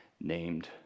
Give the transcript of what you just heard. named